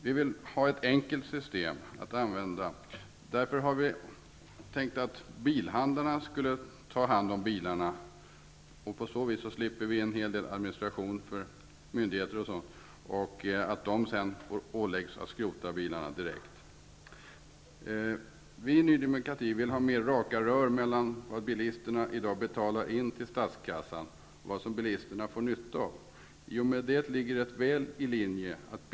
Vi vill ha ett enkelt system att använda. Därför har vi tänkt att bilhandlarna skulle ta hand om bilarna och sedan åläggas att skrota dem direkt. På så vis slipper vi en hel del administration hos myndigheter. Vi i Ny demokrati vill ha mer raka rör mellan vad bilisterna i dag betalar in till statskassan och vad bilisterna får nytta av. Vår motion ligger väl i linje med detta.